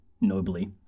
nobly